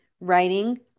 writing